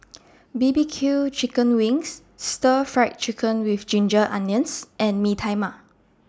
B B Q Chicken Wings Stir Fry Chicken with Ginger Onions and Mee Tai Mak